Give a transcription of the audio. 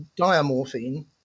diamorphine